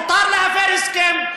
מותר להפר הסכם.